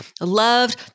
loved